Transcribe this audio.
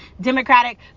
Democratic